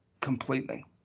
completely